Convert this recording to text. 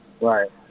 Right